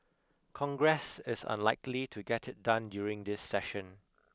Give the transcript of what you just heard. congress is unlikely to get it done during this session